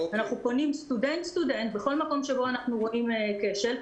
אנחנו פונים סטודנט סטודנט בכל מקום שבו אנחנו רואים כשל,